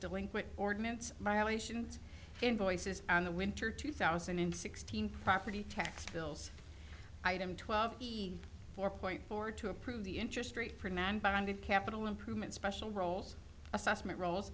delinquent ordinance violations invoices on the winter two thousand and sixteen property tax bills item twelve four point four to approve the interest rate for nan bonded capital improvement special rolls assessment rol